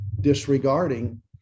disregarding